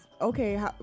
okay